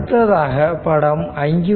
அடுத்ததாக படம் 5